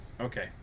Okay